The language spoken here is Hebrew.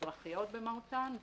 אזרחיות במהותן,